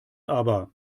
aber